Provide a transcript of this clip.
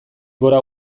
gora